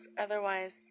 Otherwise